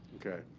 ok.